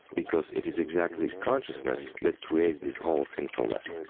because it is exactly consciousness that creates this whole sinfulness. like